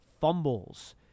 fumbles